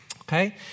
Okay